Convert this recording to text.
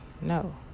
No